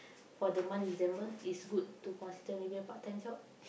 for the month of December is good to consider maybe a part-time job